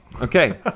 Okay